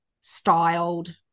styled